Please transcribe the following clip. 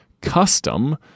custom